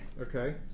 Okay